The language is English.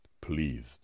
pleased